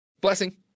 blessing